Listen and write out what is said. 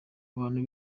abantu